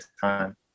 time